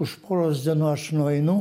už poros dienų aš nueinu